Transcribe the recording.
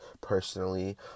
personally